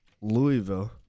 Louisville